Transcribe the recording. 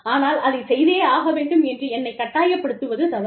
ஆனால் அதைச் செய்தே ஆக வேண்டும் என்று என்னை கட்டாய படுத்துவது தவறு